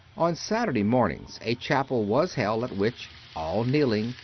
on saturday mornings a chapter was held, at which, all kneeling,